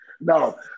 no